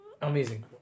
amazing